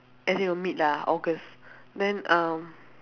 as in mid lah august then um